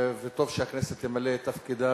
וטוב שהכנסת תמלא את תפקידה